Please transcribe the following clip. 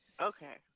okay